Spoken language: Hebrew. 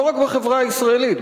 לא רק בחברה הישראלית,